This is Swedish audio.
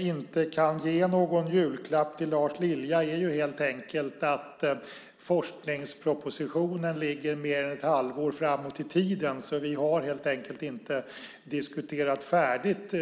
inte kan ge någon julklapp till Lars Lilja, även om det nu är julveckan, är att forskningspropositionen ligger mer än ett halvår framåt i tiden, så vi har helt enkelt inte diskuterat färdigt.